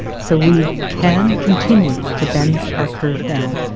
so we can continue to bend our curve down,